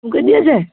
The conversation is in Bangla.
ঠুকে দিয়েছে